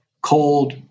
cold